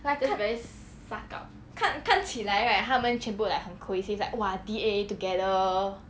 like 看看看起来 right 他们全部 like 很 cohesive like !wah! D_A together